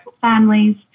families